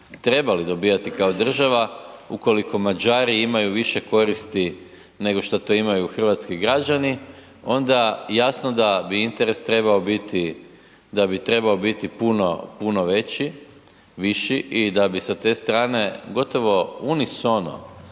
trebali dobivati kao država, ukoliko Mađari imaju više koristi nego što to imaju hrvatski građani, onda jasno da bi interes trebao biti, da bi trebao biti puno, puno veći, viši i da bi sa te strane gotovo unisono